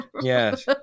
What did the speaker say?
Yes